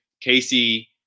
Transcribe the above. Casey